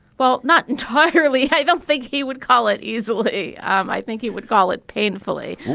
well, not entirely. i don't think he would call it easily. um i think he would call it painfully.